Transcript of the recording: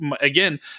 again